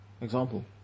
Example